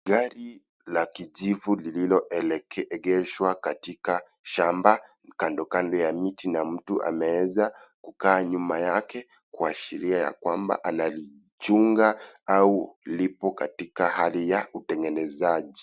Gari la kijivu lililoegeshwa katika shamba kandokando ya miti na mtu ameeza kukakaa nyuma yake kuashiria ya kwamba analichunga au lipo katika hali ya utengenezaji.